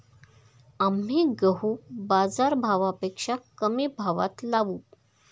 आम्ही गहू बाजारभावापेक्षा कमी भावात लावू